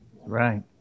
Right